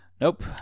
Nope